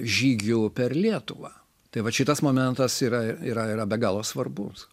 žygiu per lietuvą tai vat šitas momentas yra yra yra be galo svarbus